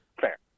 Fair